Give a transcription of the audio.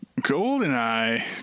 Goldeneye